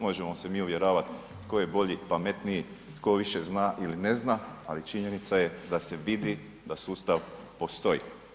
Možemo se mi uvjeravati tko je bolji, pametniji, tko više zna ili ne zna ali činjenica je da se vidi da sustav postoji.